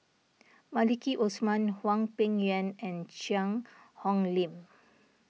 Maliki Osman Hwang Peng Yuan and Cheang Hong Lim